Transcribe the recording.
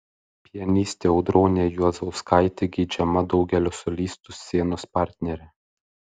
pianistė audronė juozauskaitė geidžiama daugelio solistų scenos partnerė